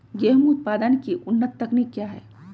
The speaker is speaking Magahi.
गेंहू उत्पादन की उन्नत तकनीक क्या है?